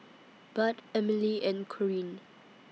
Bud Emilee and Corine